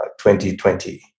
2020